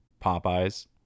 Popeyes